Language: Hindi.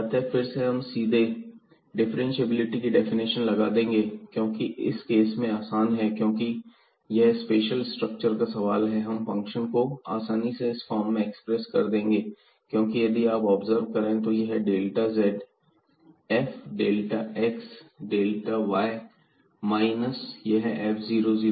अतः फिर से हम सीधे ही डिफ्रेंशिएबिलिटी की डेफिनेशन लगा देंगे क्योंकि यह इस केस में आसान है क्योंकि यह स्पेशल स्ट्रक्चर का सवाल है हम फंक्शन को आसानी से इस फॉर्म में एक्सप्रेस कर देंगे क्योंकि यदि आप ऑब्जर्व करें तो यह delta z f delta x डाटा y माइनस यह f00 होगा पॉइंट 00 पर